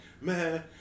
man